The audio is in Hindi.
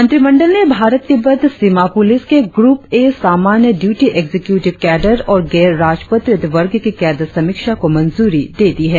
मंत्रिमंडल ने भारत तिब्बत सीमा पुलिस के ग्रुप ए सामान्य ड्यूटी एक्जिक्यूटि कैडर और गैर राजपत्रित वर्ग की कैडर समीक्षा को मंजूरी दी है